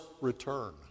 return